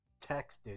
texted